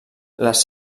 les